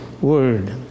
word